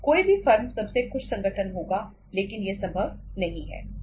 कोई भी फर्म सबसे खुश संगठन होगा लेकिन यह संभव नहीं है